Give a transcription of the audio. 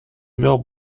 meurt